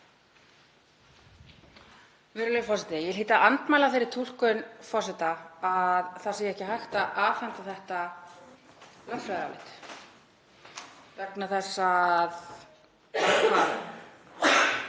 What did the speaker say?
Virðulegur forseti. Ég hlýt að andmæla þeirri túlkun forseta að það sé ekki hægt að afhenda þetta lögfræðiálit vegna þess að